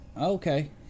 Okay